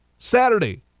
Saturday